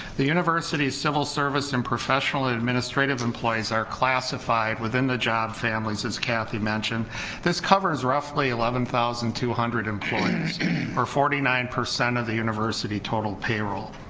the university's civil service and professional administrative employees are classified within the job families as kathy mentioned this covers roughly eleven thousand two hundred employees or forty nine percent of the university total payroll.